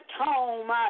home